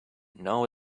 now